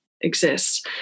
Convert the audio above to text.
exists